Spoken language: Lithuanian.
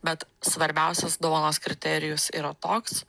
bet svarbiausias dovanos kriterijus yra toks